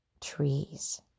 trees